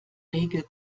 regel